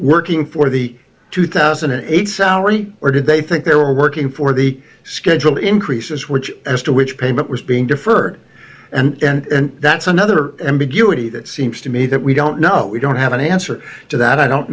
working for the two thousand and eight salary or did they think they were working for the schedule increases which as to which payment was being deferred and that's another and begin any that seems to me that we don't know we don't have an answer to that i don't